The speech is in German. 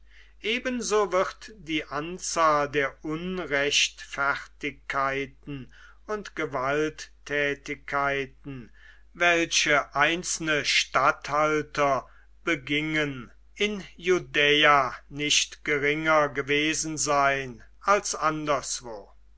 ebenso wird die anzahl der unrechtfertigkeiten und gewalttätigkeiten welche einzelne statthalter begingen in judäa nicht geringer gewesen sein als anderswo